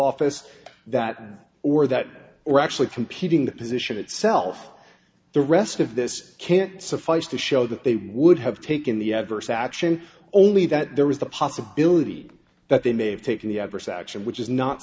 office that or that were actually competing the position itself the rest of this can't suffice to show that they would have taken the adverse action only that there was the possibility that they may have taken the adversary action which is not